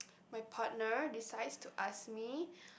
my partner decides to ask me